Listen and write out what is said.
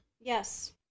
Yes